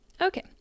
Okay